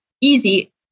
easy